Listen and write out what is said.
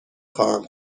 خواهم